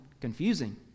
confusing